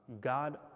God